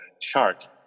chart